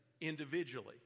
individually